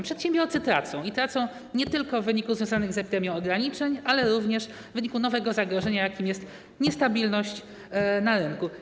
Przedsiębiorcy tracą i tracą nie tylko w wyniku związanych z epidemią ograniczeń, ale również w wyniku nowego zagrożenia, jakim jest niestabilność na rynku.